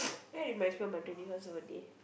eh they might as well my twenty first birthday